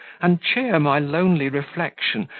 and cheer my lonely reflection,